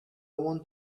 want